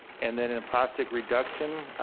and then in a plastic reduction,